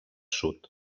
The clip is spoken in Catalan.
sud